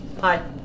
hi